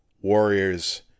warriors